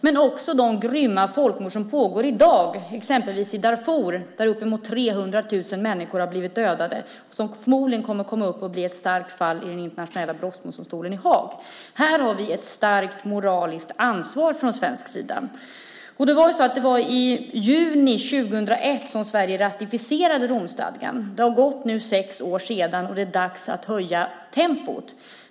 Men det pågår också grymma folkmord i dag, exempelvis i Darfur där uppemot 300 000 människor har blivit dödade - något som förmodligen kommer att komma upp som ett stort fall i den internationella brottmålsdomstolen i Haag. Här har vi ett starkt moraliskt ansvar från svensk sida. Det var i juni 2001 som Sverige ratificerade Romstadgan. Det har gått sex år sedan dess, och det är dags att höja tempot.